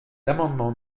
amendements